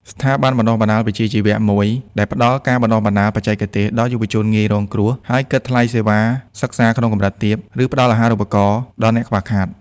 ស្ថាប័នបណ្តុះបណ្តាលវិជ្ជាជីវៈមួយដែលផ្តល់ការបណ្តុះបណ្តាលបច្ចេកទេសដល់យុវជនងាយរងគ្រោះ ហើយគិតថ្លៃសេវាសិក្សាក្នុងកម្រិតទាប ឬផ្តល់អាហារូបករណ៍ដល់អ្នកខ្វះខាត។